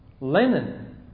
Lenin